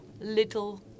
little